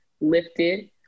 lifted